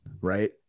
right